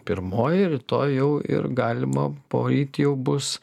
pirmoji ir rytoj jau ir galima poryt jau bus